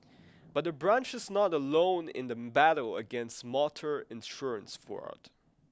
but the branch is not alone in the battle against motor insurance fraud